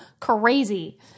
crazy